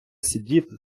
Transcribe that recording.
сидіти